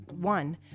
One